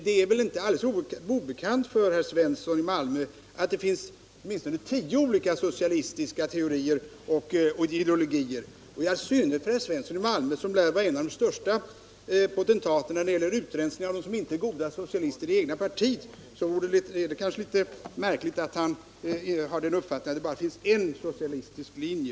Det är väl inte alldeles obekant för herr Svensson att det finns åtminstone tio olika socialistiska teorier och ideologier. Herr Svensson lär ju vara en av de största potentaterna när det gäller utrensningar av icke goda socialister i det egna partiet, så det kanske inte är så märkligt att han har den uppfattningen att det bara finns en socialistisk linje.